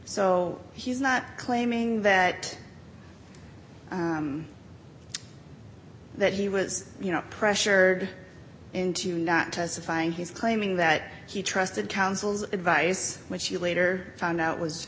so he's not claiming that that he was you know pressured into not testifying he's claiming that he trusted counsel's advice which she later found out was